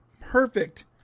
perfect